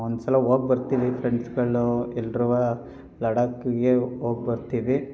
ಒಂದು ಸಲ ಹೋಗ್ ಬರ್ತೀವಿ ಫ್ರೆಂಡ್ಸ್ಗಳು ಎಲ್ರೂ ಲಡಾಖಿಗೆ ಹೋಗ್ ಬರ್ತೀವಿ